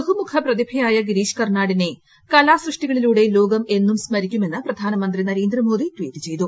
ബഹുമുഖ പ്രതിഭയായ ഗിരീഷ് കർണാടിനെ കലാസൃഷ്ടികളിലൂടെ ലോകം എന്നും സ്മരിക്കുമെന്ന് പ്രധാനമന്ത്രി നരേന്ദ്രമോദി ട്വീറ്റ് ചെയ്തു